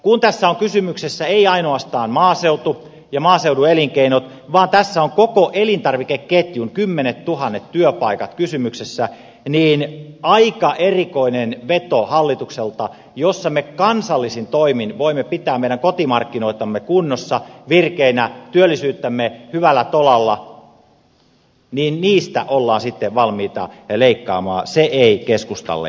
kun tässä on kysymyksessä ei ainoastaan maaseutu ja maaseudun elinkeinot vaan tässä ovat koko elintarvikeketjun kymmenettuhannet työpaikat kysymyksessä niin aika erikoinen veto hallitukselta jos me kansallisin toimin voimme pitää meidän kotimarkkinoitamme kunnossa virkeinä työllisyyttämme hyvällä tolalla että niistä ollaan sitten valmiita leikkaamaan